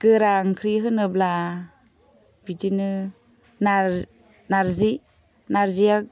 गोरा ओंख्रि होनोब्ला बिदिनो नारजि नारजिया